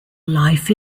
life